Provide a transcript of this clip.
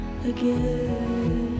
again